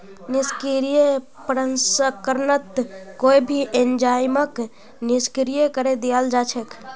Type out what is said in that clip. निष्क्रिय प्रसंस्करणत कोई भी एंजाइमक निष्क्रिय करे दियाल जा छेक